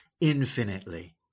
infinitely